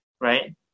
right